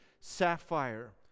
sapphire